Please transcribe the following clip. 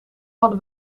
hadden